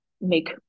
make